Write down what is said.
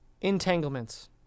entanglements